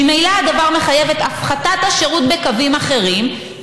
ממילא הדבר מחייב את הפחתת השירות בקווים אחרים,